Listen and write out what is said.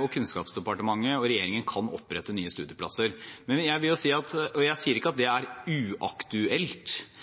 og Kunnskapsdepartementet og regjeringen kan opprette nye studieplasser. Jeg sier ikke at det er uaktuelt,